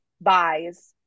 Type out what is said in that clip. buys